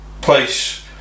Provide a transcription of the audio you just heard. place